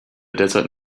desert